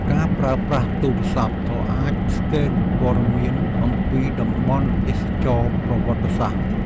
ការប្រើប្រាស់ទូរស័ព្ទ ក៏អាចស្កេនព័ត៌មានអំពីតំបន់ទេសចរណ៍ប្រវត្តិសាស្ត្រ។